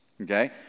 okay